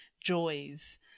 joys